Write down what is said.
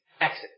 Exit